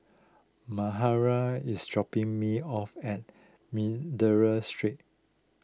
Mahara is dropping me off at Street